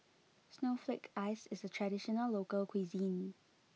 Snowflake Ice is a traditional local cuisine